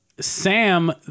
Sam